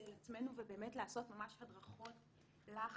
על עצמנו ובאמת לעשות ממש הדרכות לאחיות.